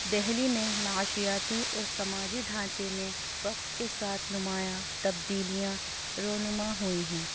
دہلی میں معاشیاتی اور سماجی ڈھانچے میں وقت کے ساتھ نمایاں تبدیلیاں رونما ہوئی ہیں